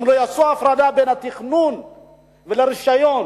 אם לא יפרידו בין התכנון לרשיון,